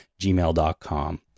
gmail.com